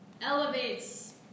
elevates